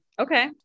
Okay